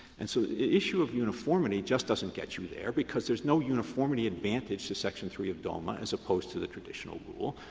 and so the issue of uniformity just doesn't get you there, because there is no uniformity advantage to section three of doma as opposed to the traditional rule.